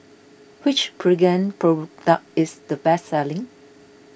which Pregain product is the best selling